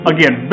Again